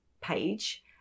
page